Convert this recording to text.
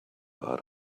out